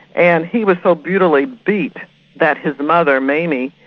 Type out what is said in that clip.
and he was so brutally beaten that his mother, mamie,